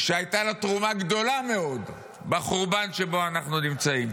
שהייתה לה תרומה גדולה מאוד לחורבן שבו אנחנו נמצאים.